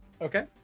Okay